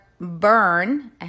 burn